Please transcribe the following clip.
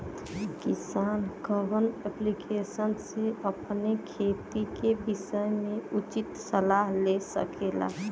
किसान कवन ऐप्लिकेशन से अपने खेती के विषय मे उचित सलाह ले सकेला?